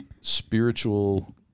spiritual